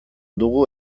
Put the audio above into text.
dugu